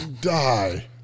Die